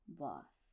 boss